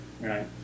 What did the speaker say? Right